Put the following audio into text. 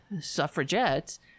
suffragettes